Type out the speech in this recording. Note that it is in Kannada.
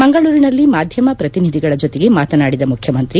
ಮಂಗಳೂರಿನಲ್ಲಿ ಮಾಧ್ಯಮ ಪ್ರತಿನಿಧಿಗಳ ಜೊತೆಗೆ ಮಾತನಾಡಿದ ಮುಖ್ಯಮಂತ್ರಿ